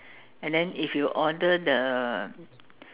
and then if you order the